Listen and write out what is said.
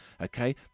Okay